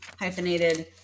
hyphenated